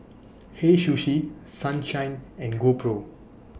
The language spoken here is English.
Hei Sushi Sunshine and GoPro